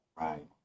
Right